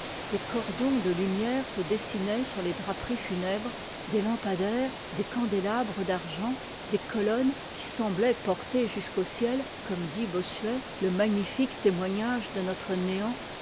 des cordons de lumières se dessinoient sur les draperies funèbres des lampadaires des candélabres d'argent des colonnes qui sembloient porter jusqu'au ciel y comme dit bossuet le magnifique témoignage de notre néant